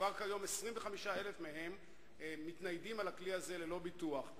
כבר כיום 25,000 מהם מתניידים על הכלי הזה ללא ביטוח.